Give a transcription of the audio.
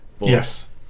Yes